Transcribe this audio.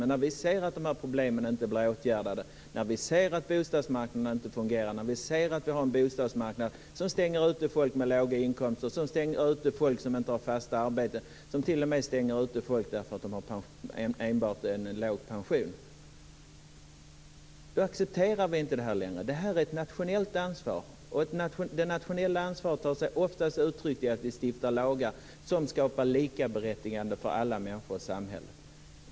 Men när vi ser att problemen inte blir åtgärdade, när vi ser att bostadsmarknaden inte fungerar, när vi ser att vi har en bostadsmarknad som stänger ute folk med låga inkomster, som stänger ute folk som inte har fasta arbeten och som t.o.m. stänger ute folk därför att de har enbart en låg pension accepterar vi inte det. Det är ett nationellt ansvar. Det nationella ansvaret tar sig oftast uttryck i att vi stiftar lagar som skapar likaberättigande för alla människor i samhället.